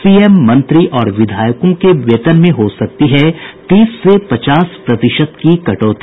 CM मंत्री और विधायकों के वेतन में हो सकती है तीस से पचास प्रतिशत की कटौती